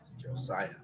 Josiah